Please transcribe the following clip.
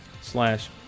slash